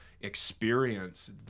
experience